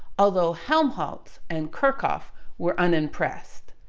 although helmholtz and kirchhoff were unimpressed.